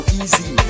easy